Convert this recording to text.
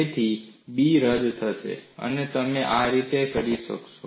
તેથી બી રદ થશે અને તમે આ રીતે કરશો મેળવો